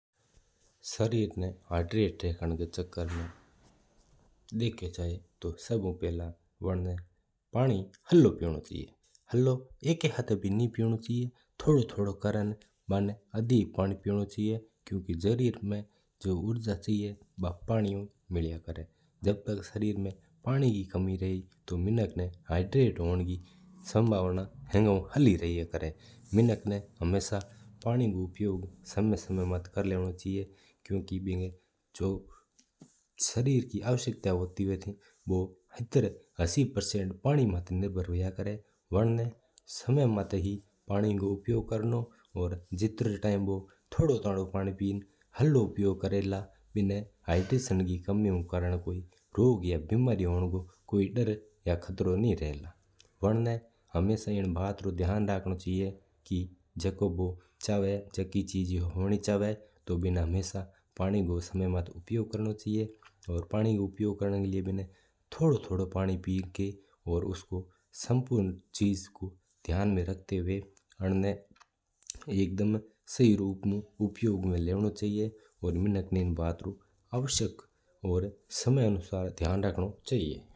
शरीर ना हाइड्रेटेड स बचना ऊ वास्ता सभ हू पहला पानी हालो पीवणो चाइजा। एक हाथ नी पीवणो चाइजा एक एक कर थोड़ो थोड़ो करन पीवणो चाइजा। शरीर में जो ऊर्जा चाइजा बा पानी ऊ ही मिल्या करा है शरीर में पानी री कमी रेवा ला त मिनक ना सही फील कोन हुआ और बू चल्ल भी कोन सका। हाइड्रेट हुआ री हल्लि होया करा है संभावना मिनक ना पानी रू उपयोग हमेशा समय समय पर कर लेवणो चाइजा। क्योकि जो शरीर री आवश्यकता हुआ है नी बा सत्तर-अस्सी प्रतिशत पानी माता ही निर्भर करा है।